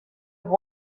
have